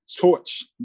torch